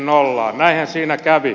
näinhän siinä kävi